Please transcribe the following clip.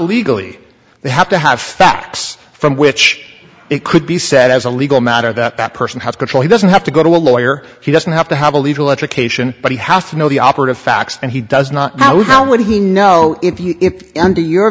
legally they have to have facts from which it could be said as a legal matter that that person has control he doesn't have to go to a lawyer he doesn't have to have a legal education but he has to know the operative facts and he does not know how would he know if you